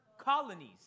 colonies